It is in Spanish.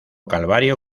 calvario